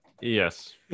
Yes